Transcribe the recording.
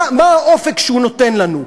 מה האופק שהוא נותן לנו?